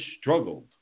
struggled